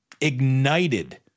ignited